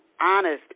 honest